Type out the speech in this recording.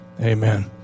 Amen